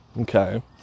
Okay